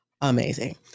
amazing